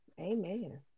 Amen